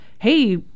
hey